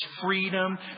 freedom